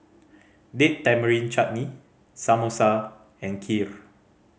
Date Tamarind Chutney Samosa and Kheer